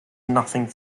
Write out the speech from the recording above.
nothing